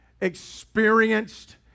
experienced